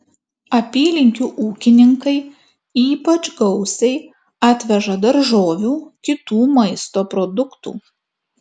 apylinkių ūkininkai ypač gausiai atveža daržovių kitų maisto produktų